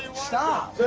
stop!